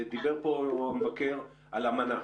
דיבר כאן המבקר על אמנה.